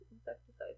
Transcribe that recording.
insecticides